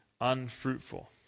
unfruitful